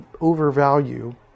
overvalue